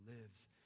lives